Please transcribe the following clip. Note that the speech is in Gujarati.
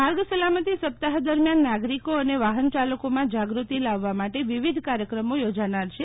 માર્ગ સલામતી સપ્તાહ દરમિથાન નાગરિકો અને વાહન યાલકોમાં જાગૃતિ લાવવા માટે વિવિધ કાર્યક્રમો થોજાનાર છે